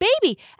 baby